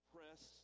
Press